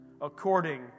according